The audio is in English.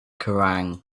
kerrang